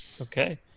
Okay